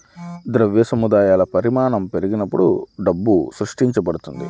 ద్రవ్య సముదాయాల పరిమాణం పెరిగినప్పుడు డబ్బు సృష్టి జరుగుతది